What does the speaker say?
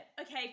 okay